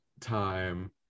time